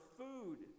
food